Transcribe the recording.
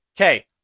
okay